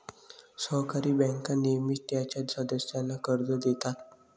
सहकारी बँका नेहमीच त्यांच्या सदस्यांना कर्ज देतात